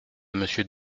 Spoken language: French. monsieur